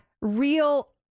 real